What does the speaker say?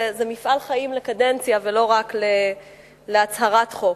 זה מפעל חיים לקדנציה ולא רק הצהרת חוק.